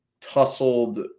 tussled